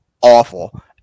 awful